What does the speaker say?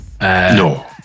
No